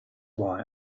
why